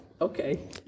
Okay